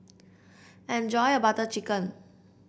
enjoy your Butter Chicken